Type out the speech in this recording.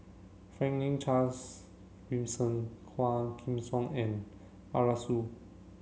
Franklin Charles Gimson Quah Kim Song and Arasu